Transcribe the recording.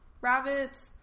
rabbits